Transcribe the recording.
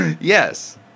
yes